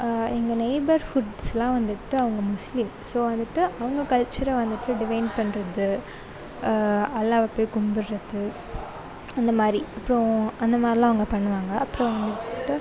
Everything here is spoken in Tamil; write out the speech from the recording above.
எங்கள் நெய்பர்ஹுட்ஸ்லாம் வந்துவிட்டு அவங்கள் முஸ்லீம் ஸோ வந்துவிட்டு அவங்கள் கல்ச்சரை வந்துவிட்டு டிவைன் பண்ணுறது அல்லாவை போய் கும்பிடுறது அந்தமாதிரி அப்புறம் அந்தமாதிரிலாம் அவங்கள் பண்ணுவாங்க அப்புறம் வந்துவிட்டு